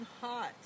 hot